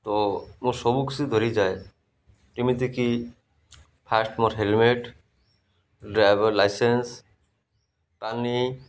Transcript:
ତ ମୁଁ ସବୁ କିସି ଧରିଯାଏ ଯେମିତିକି first more helmet driver licence ପାଣି